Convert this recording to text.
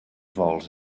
vols